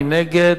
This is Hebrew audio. מי נגד?